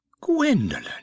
gwendolen